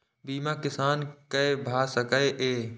बीमा किसान कै भ सके ये?